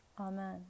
Amen